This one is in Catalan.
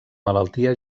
malaltia